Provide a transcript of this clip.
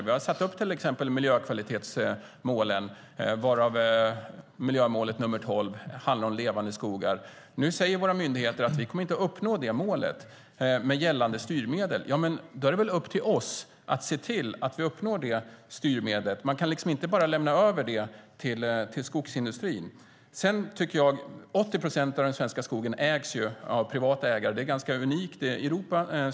Vi har till exempel satt upp miljökvalitetsmålen, varav miljömål nr 12 handlar om levande skogar. Nu säger våra myndigheter att vi inte kommer att uppnå det målet med gällande styrmedel. Då är det väl upp till oss att se till att vi uppnår det målet. Man kan inte bara lämna över det till skogsindustrin. 80 procent av den svenska skogen ägs av privata ägare. Jag tror att det är ganska unikt i Europa.